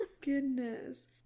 goodness